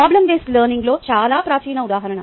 problem based learning లో చాలా ప్రాచీన ఉదాహరణ